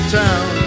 town